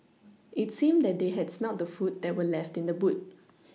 it seemed that they had smelt the food that were left in the boot